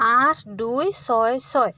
আঠ দুই ছয় ছয়